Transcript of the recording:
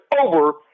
over